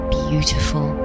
beautiful